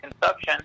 consumption